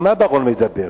על מה בר-און מדבר?